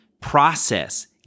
process